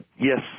yes